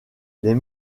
les